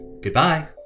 Goodbye